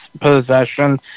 possession